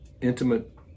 intimate